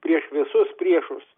prieš visus priešus